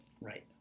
Right